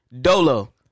Dolo